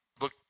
Look